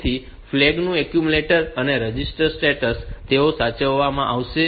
તેથી ફ્લેગ નું એક્યુમ્યુલેટર અને રજિસ્ટર સ્ટેટસ તેઓ સાચવવામાં આવશે